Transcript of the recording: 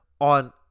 on